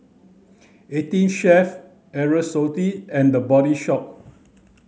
EighteenChef Aerosoles and The Body Shop